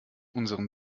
unseren